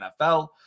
NFL